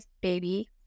baby